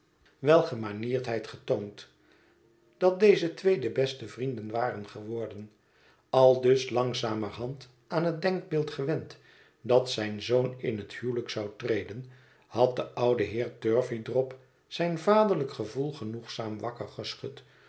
welgemanierdheid getoond dat deze twee de beste vrienden waren geworden aldus langzamerhand aan het denkbeeld gewend dat zijn zoon in het huwelijk zou treden had de oude heer turveydrop zijn vaderlijk gevoel genoegzaam wakker geschud